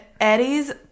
Eddie's